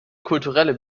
kulturelle